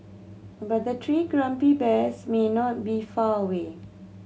but the three grumpy bears may not be far away